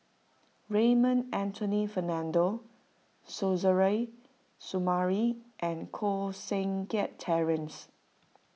Raymond Anthony Fernando Suzairhe Sumari and Koh Seng Kiat Terence